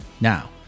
Now